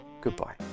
goodbye